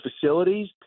facilities